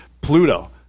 Pluto